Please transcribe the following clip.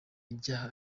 ibyaha